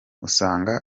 usanga